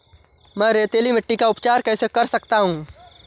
मैं रेतीली मिट्टी का उपचार कैसे कर सकता हूँ?